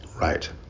Right